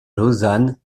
lausanne